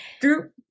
group